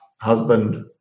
husband